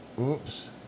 Oops